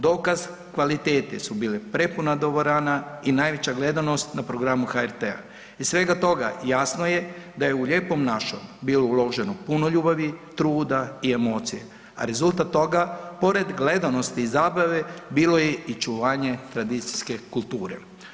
Dokaz kvalitete su bile prepuna dvorana i najveća gledanost na programu HRT-a. iz svega toga, jasno je da je u „Lijepom našom“ bilo uloženo puno ljubavi, truda i emocije a rezultat toga pored gledanosti i zabave, bilo je i očuvanje tradicijske kulture.